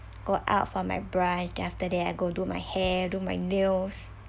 go out for my brunch then after that I go do my hair do my nails